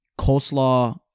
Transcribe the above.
coleslaw